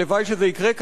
הלוואי שזה יקרה,